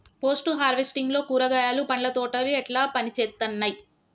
Post harvesting లో కూరగాయలు పండ్ల తోటలు ఎట్లా పనిచేత్తనయ్?